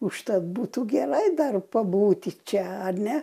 užtat būtų gerai dar pabūti čia ar ne